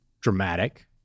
dramatic